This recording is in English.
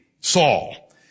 Saul